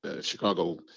Chicago